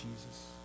Jesus